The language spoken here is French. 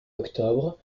octobre